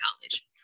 college